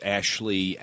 Ashley